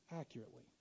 accurately